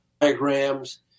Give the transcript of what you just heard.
diagrams